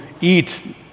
eat